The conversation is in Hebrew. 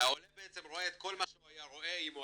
והעולה רואה את כל מה שהוא היה רואה אם הוא